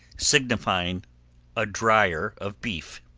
signifying a drier of beef.